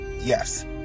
Yes